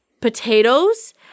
potatoes –